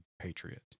patriot